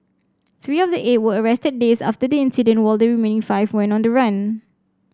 three of the eight were arrested days after the incident while the remaining five went on the run